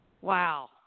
Wow